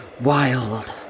Wild